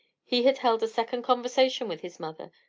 he had held a second conversation with his mother,